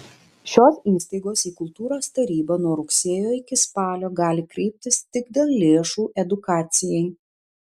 šios įstaigos į kultūros tarybą nuo rugsėjo iki spalio gali kreiptis tik dėl lėšų edukacijai